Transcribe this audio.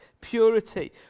purity